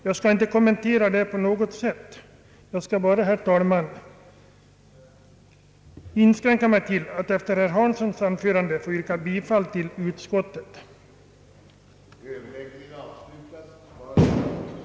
Jag skall inte kommentera detta på något sätt, herr talman, utan inskränker mig efter herr Hanssons anförande till att yrka bifall till utskottets hemställan.